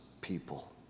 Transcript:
people